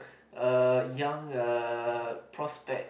uh young uh prospects